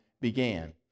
began